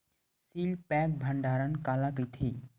Seal pack भंडारण काला कइथे?